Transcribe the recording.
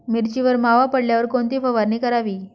मिरचीवर मावा पडल्यावर कोणती फवारणी करावी?